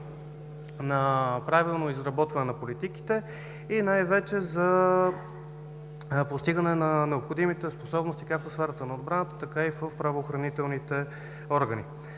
на правилно изработване на политиките и най-вече за постигане на необходимите способности както в сферата на отбраната, така и в правоохранителните органи